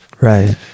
right